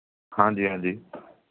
ਹਾਂਜੀ ਹਾਂਜੀ